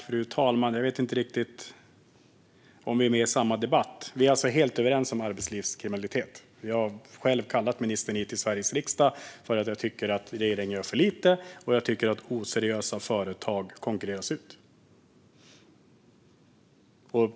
Fru talman! Jag vet inte om ministern och jag är inne i samma debatt. Vi är alltså helt överens om detta med arbetslivskriminalitet. Jag har själv kallat ministern till Sveriges riksdag för att jag tycker att regeringen gör för lite och att oseriösa företag konkurreras ut.